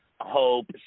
Hope